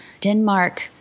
Denmark